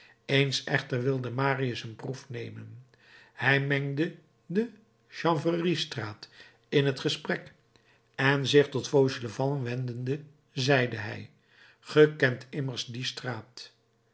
eens echter wilde marius een proef nemen hij mengde de chanvreriestraat in het gesprek en zich tot fauchelevent wendende zeide hij ge kent immers die straat